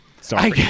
Sorry